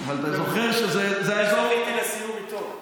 אני זכיתי לסיור איתו.